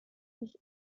sich